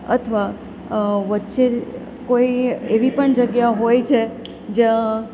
અથવા વચ્ચે કોઈ એવી પણ જગ્યા હોય છે જ્યાં